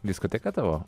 diskoteka tavo